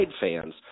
fans